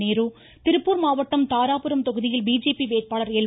நேரு திருப்பூர் மாவட்டம் தாராபுரம் தொகுதியில் பிஜேபி வேட்பாளர் எல்